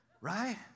Right